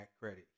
credit